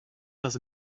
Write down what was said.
does